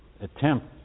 attempt